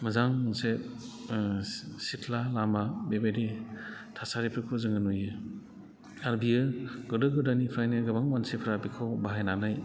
मोजां मोनसे सिथ्ला लामा बेबायदि थासारिफोरखौ जोङो नुयो आरो बेयो गोदो गोदायनिफ्रायनो गोबां मानसिफोरा बेखौ बाहायनानै